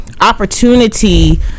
opportunity